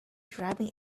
driving